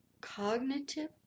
cognitive